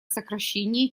сокращении